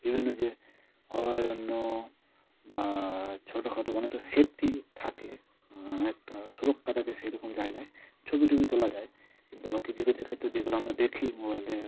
বিভিন্ন যে অভয়ারণ্য বা ছোটখাটো অনেকটা সেফটি থাকে অনেকটা সুরক্ষা থাকে সেরকম জায়গায় ছবি টবি তোলা যায় কিন্তু আবার কিছু কিছু ক্ষেত্রে যেগুলো আমরা দেখি মোবাইলে